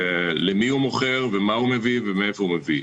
למי הוא מכיר ומה הוא מביא ומאיפה הוא מביא.